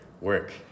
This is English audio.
work